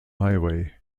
highway